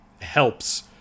helps